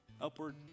Upward